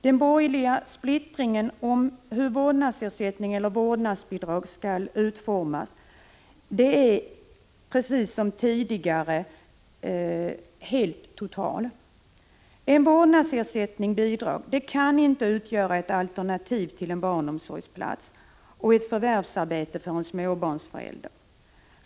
Den borgerliga splittringen när det gäller utformningen av vårdnadsersättning eller vårdnadsbidrag är som tidigare total. En vårdnadsersättning eller ett vårdnadsbidrag kan inte utgöra ett alternativ till en barnomsorgsplats och ett förvärvsarbete för en småbarnsförälder.